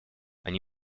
они